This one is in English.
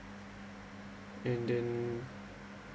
and then